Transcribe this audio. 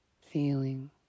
feeling